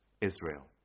Israel